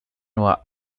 nur